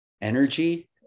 energy